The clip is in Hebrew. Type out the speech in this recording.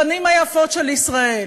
הפנים היפות של ישראל,